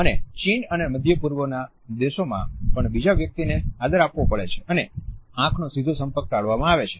અને ચીન અને મધ્ય પૂર્વના દેશોમાં પણ બીજા વ્યક્તિને આદર આપવો પડે છે અને આંખનો સીધો સંપર્ક ટાળવામાં આવે છે